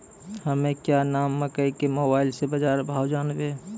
हमें क्या नाम मकई के मोबाइल से बाजार भाव जनवे?